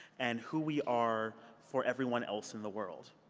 and who we are for everyone else in the world.